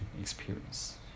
experience